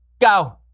Go